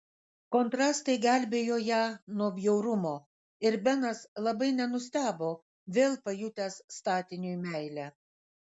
kontrastai gelbėjo ją nuo bjaurumo ir benas labai nenustebo vėl pajutęs statiniui meilę